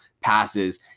passes